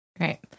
Right